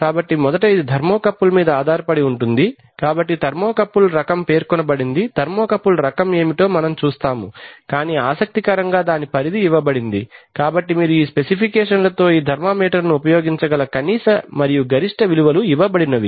కాబట్టి మొదట ఇది థర్మోకపుల్ మీద ఆధారపడి ఉంటుంది కాబట్టి థర్మోకపుల్ రకం పేర్కొనబడింది థర్మోకపుల్ రకం ఏమిటో మనం చూస్తాము కానీ ఆసక్తికరంగా దాని పరిధి ఇవ్వబడింది కాబట్టి మీరు ఈ స్పెసిఫికేషన్లతో ఈ థర్మామీటర్ను ఉపయోగించగల కనీస మరియు గరిష్ట విలువలు ఇవ్వబడినవి